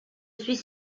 suis